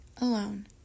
alone